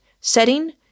setting